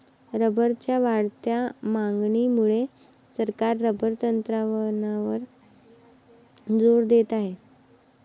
रबरच्या वाढत्या मागणीमुळे सरकार रबर तंत्रज्ञानावर जोर देत आहे